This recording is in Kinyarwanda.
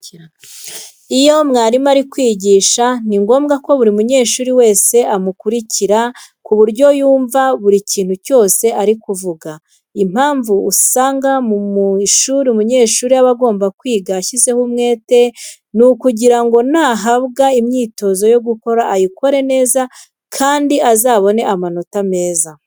Iyo mwarimu ari kwigisha ni ngombwa ko buri munyeshuri wese amukurikira ku buryo yumva buri kintu cyose ari kuvuga. Impamvu usanga mu ishuri umunyeshuri aba agomba kwiga ashyizeho umwete, ni ukugira ngo nahabwa imyitozo yo gukora ayikore neza kandi azabone amanota meza.